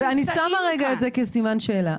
אני שמה את זה רגע כסימן שאלה,